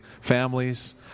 families